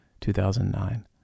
2009